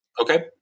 Okay